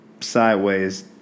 sideways